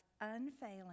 unfailing